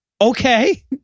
Okay